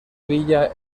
villa